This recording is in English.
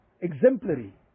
exemplary